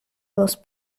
los